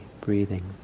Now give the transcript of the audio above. breathing